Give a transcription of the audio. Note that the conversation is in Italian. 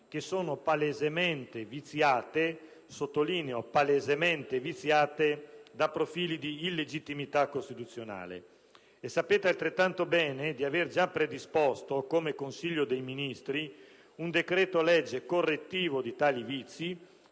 che sono palesemente viziate - sottolineo, palesemente viziate - da profili di illegittimità costituzionale. Sapete altrettanto bene di aver già predisposto, come Consiglio dei ministri, un decreto-legge correttivo di tali vizi